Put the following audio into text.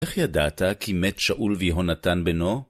איך ידעת כי מת שאול ויהונתן בנו?